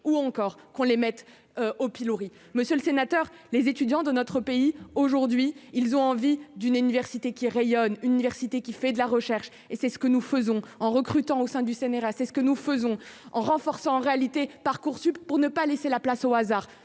ou encore qu'on les mette au pilori, monsieur le sénateur, les étudiants de notre pays, aujourd'hui ils ont envie d'une université qui rayonnent universités qui fait de la recherche et c'est ce que nous faisons en recrutant au sein du CNRS, c'est ce que nous faisons en renforçant réalité parcoursup pour ne pas laisser la place au hasard,